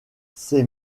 ses